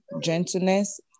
gentleness